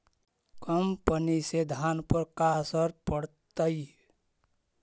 कम पनी से धान पर का असर पड़तायी?